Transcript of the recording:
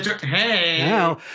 hey